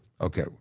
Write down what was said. Okay